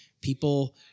people